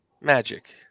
magic